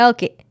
Okay